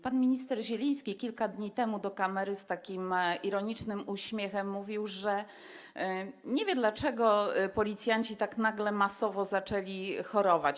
Pan minister Zieliński kilka dni temu z takim ironicznym uśmiechem mówił do kamery, że nie wie, dlaczego policjanci tak nagle masowo zaczęli chorować.